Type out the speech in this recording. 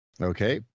Okay